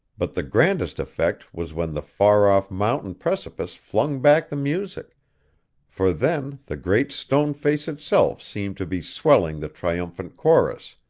but the grandest effect was when the far-off mountain precipice flung back the music for then the great stone face itself seemed to be swelling the triumphant chorus,